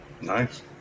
Nice